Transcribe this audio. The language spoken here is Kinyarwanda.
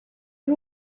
ari